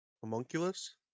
Homunculus